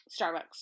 starbucks